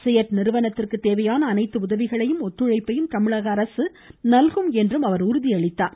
சியட் நிறுவனத்திற்கு தேவையான அனைத்து உதவிகளையும் ஒத்துழைப்பையும் தமிழக அரசு வழங்கும் என்று உறுதி அளித்தார்